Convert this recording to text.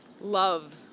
love